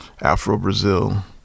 Afro-Brazil